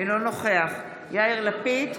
אינו נוכח יאיר לפיד,